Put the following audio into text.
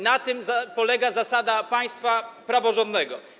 Na tym polega zasada państwa praworządnego.